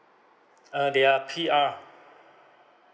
uh they are P_R